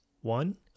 one